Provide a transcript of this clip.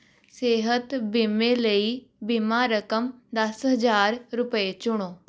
ਸਿਹਤ ਬੀਮੇ ਲਈ ਬੀਮਾ ਰਕਮ ਦਸ ਹਜ਼ਾਰ ਰੁਪਏ ਚੁਣੋ